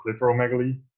clitoromegaly